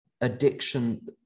addiction